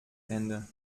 ende